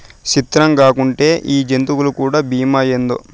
సిత్రంగాకుంటే ఈ జంతులకీ కూడా బీమా ఏందో